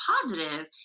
positive